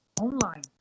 online